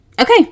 Okay